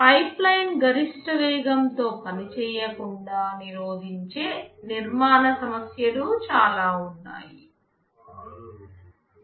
pipe line గరిష్ట వేగంతో పనిచేయకుండా నిరోధించే నిర్మాణ సమస్యలు చాలా ఉన్నాయి